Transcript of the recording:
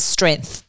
Strength